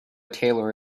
tailor